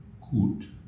gut